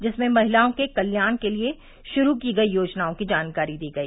जिसमें महिलाओं के कल्याण के लिए शुरू की गई योजनाओं की जानकारी दी गई